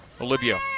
Olivia